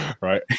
right